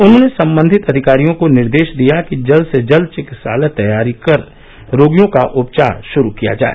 उन्होंने सम्बंधित अधिकारियों को निर्देश दिया कि जल्द से जल्द चिकित्सालय तैयार कर रोगियों का उपचार शुरू किया जाए